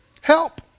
help